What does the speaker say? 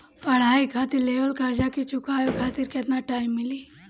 पढ़ाई खातिर लेवल कर्जा के चुकावे खातिर केतना टाइम मिली?